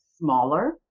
smaller